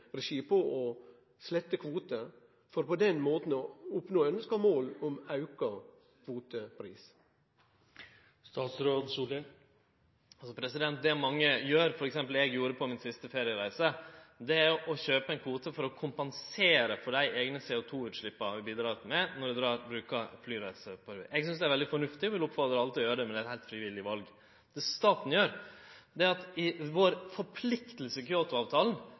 regi på å slette kvotar, for på den måten å oppnå ønskte mål om auka kvotepris? Det mange gjer – f.eks. det eg gjorde på mi siste feriereise – er å kjøpe ein kvote for å kompensere for eigne CO2-utslepp som vi bidrar til når vi reiser med fly. Eg synest det er veldig fornuftig og vil oppfordre alle til gjere det, men det er eit heilt frivillig val. Det staten gjer, er at ein i all hovudsak oppfyller forpliktingane i